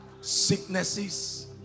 sicknesses